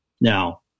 Now